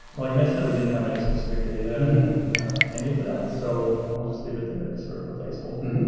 well, you mentioned that we didn't have any specific data pertaining to that. so i'll just leave it there as sort of a placeholder.